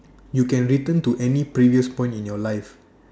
you can return to any previous point in your life